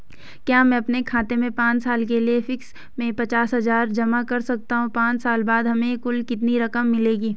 क्या मैं अपने खाते में पांच साल के लिए फिक्स में पचास हज़ार जमा कर सकता हूँ पांच साल बाद हमें कुल कितनी रकम मिलेगी?